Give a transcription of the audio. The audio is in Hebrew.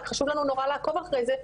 רק חשוב לנו נורא לעקוב אחרי זה,